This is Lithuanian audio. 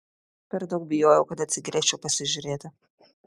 per daug bijojau kad atsigręžčiau pasižiūrėti